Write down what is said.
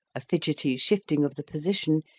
a fidgety shifting of the position,